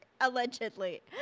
Allegedly